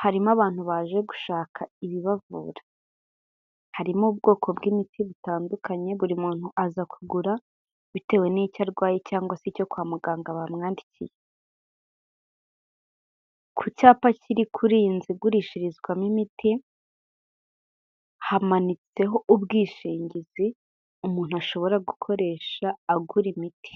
harimo abantu baje gushaka ibibavura. Harimo ubwoko bw'imiti butandukanye buri muntu aza kugura bitewe n'icyo arwaye se icyo kwa muganga bamwanyikiye. Ku cyapa kuri kuri iyi nzu igurishirizwamo imiti hamanitse ubwishingizi umuntu ashobora gukoresha agura imiti.